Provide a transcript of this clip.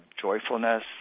joyfulness